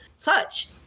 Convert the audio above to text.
touch